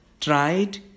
tried